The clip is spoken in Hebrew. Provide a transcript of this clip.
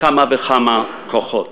כמה וכמה כוחות.